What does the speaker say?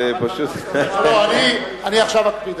זה פשוט, לא, לא, אני עכשיו אקפיד,